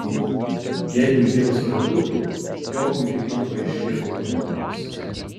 jeigu dievas prabiltų jobui kaipmat paaiškėtų jo nuodėmės